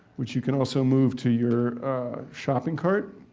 which you can also move to your shopping cart.